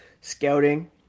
scouting